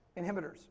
inhibitors